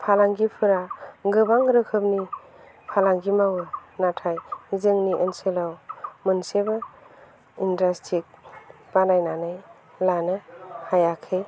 फालांगिफोरा गोबां रोखोमनि फालांगि मावो नाथाय जोंनि ओनसोलाव मोनसेबो इनदास्ट्रि बानायनानै लानो हायाखै